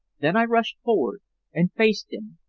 then i rushed forward and faced him.